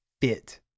fit